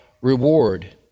reward